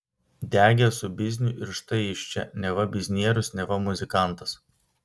degė su bizniu ir štai jis čia neva biznierius neva muzikantas